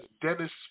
Dennis